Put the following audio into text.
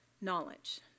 knowledge